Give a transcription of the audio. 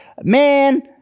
man